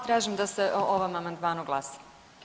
Tražim da se o ovom amandmanu glasa.